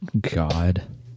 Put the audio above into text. God